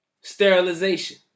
sterilization